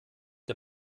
der